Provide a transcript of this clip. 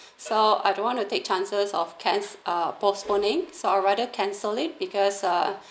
so I don't want to take chances of can~ uh postponing so I rather cancel it because uh